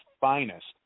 finest